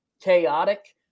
chaotic